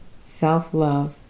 self-love